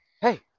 Hey